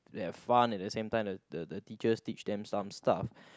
they've fun and at the same time the the teacher teach them some stuff